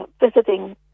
visiting